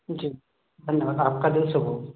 जी धन्यवाद आपका दिन शुभ हो